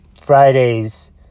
Friday's